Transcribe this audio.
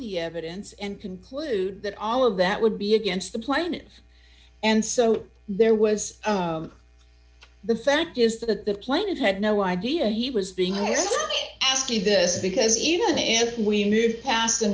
the evidence and conclude that all of that would be against the planet and so there was the fact is that the planet had no idea he was being a i ask you this because even if we move past the